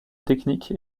technique